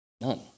None